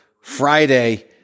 friday